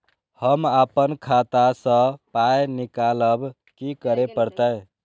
हम आपन खाता स पाय निकालब की करे परतै?